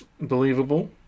believable